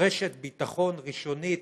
רשת ביטחון ראשונית